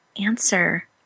answer